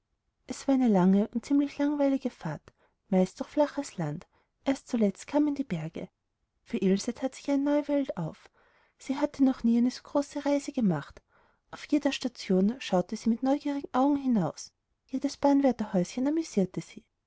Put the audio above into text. es war eine lange und ziemlich langweilige fahrt meist durch flaches land erst zuletzt kamen die berge für ilse that sich eine neue welt auf sie hatte noch nie eine so große reise gemacht auf jeder station schaute sie mit neugierigen augen hinaus jedes bahnwärterhäuschen amüsierte sie